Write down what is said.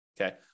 okay